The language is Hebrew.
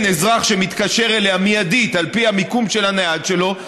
אזרח שמתקשר אליה מיידית על פי המיקום של הנייד שלו,